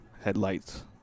headlights